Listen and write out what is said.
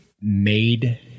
made